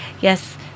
yes